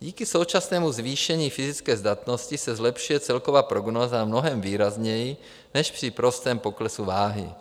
Díky současnému zvýšení fyzické zdatnosti se zlepšuje celková prognóza mnohem výrazněji než při prostém poklesu váhy.